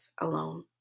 alone